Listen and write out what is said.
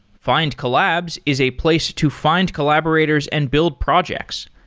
findcollabs is a place to find collaborators and build projects.